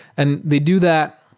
and they do that,